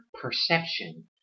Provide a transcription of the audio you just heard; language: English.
perception